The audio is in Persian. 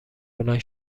بلند